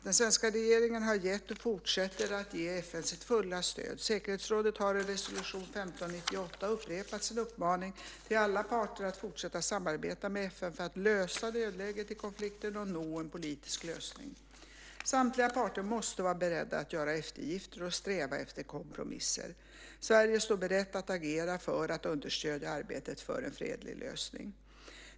Den svenska regeringen har gett och fortsätter att ge FN sitt fulla stöd. Säkerhetsrådet har i resolution 1598 upprepat sin uppmaning till alla parter att fortsätta samarbetet med FN för att lösa dödläget i konflikten och nå en politisk lösning. Samtliga parter måste vara beredda att göra eftergifter och sträva efter kompromisser. Sverige står berett att agera för att understödja arbetet för en fredlig lösning.